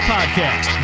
Podcast